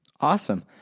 Awesome